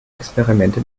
experimente